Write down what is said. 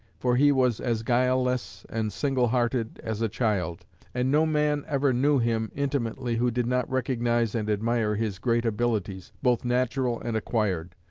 for he was as guileless and single-hearted as a child and no man ever knew him intimately who did not recognize and admire his great abilities, both natural and acquired,